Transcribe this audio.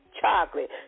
Chocolate